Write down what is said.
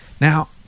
Now